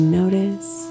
notice